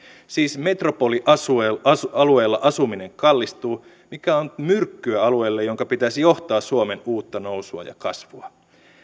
siis metropolialueilla asuminen kallistuu mikä on myrkkyä alueelle jonka pitäisi johtaa suomen uutta nousua ja kasvua